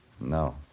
No